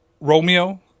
Romeo